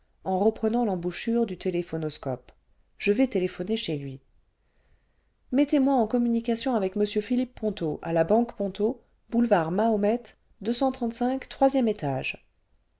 siècle reprenant l'embouchure du téléphonoscope je vais téléphoner chez lui mettez-moi en communication avec m philippe ponto à la banque ponto boulevard mahomet troisième étage